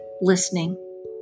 listening